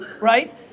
right